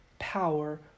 power